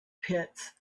pits